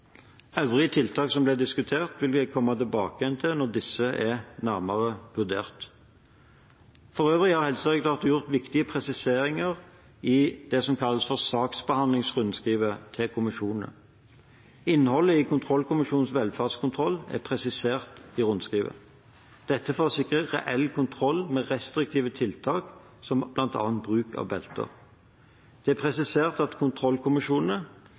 Øvrige tiltak som ble diskutert, vil vi komme tilbake til når disse er nærmere vurdert. For øvrig har Helsedirektoratet gjort viktige presiseringer i det som kalles saksbehandlingsrundskrivet til kommisjonene. Innholdet i kontrollkommisjonenes velferdskontroll er presisert i rundskrivet – dette for å sikre reell kontroll med restriktive tiltak som bl.a. bruk av belter. Det er presisert at kontrollkommisjonene,